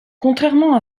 contrairement